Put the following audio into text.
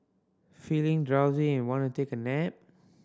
feeling drowsy and want to take a nap